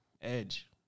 edge